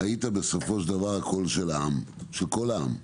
היית הקול של כל העם.